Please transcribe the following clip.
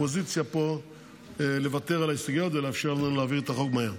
מהאופוזיציה פה לוותר על ההסתייגויות ולאפשר לנו להעביר את החוק מהר.